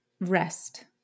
rest